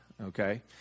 Okay